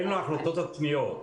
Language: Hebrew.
אין לו הכנסות עצמיות.